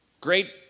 Great